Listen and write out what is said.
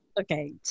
Okay